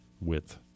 width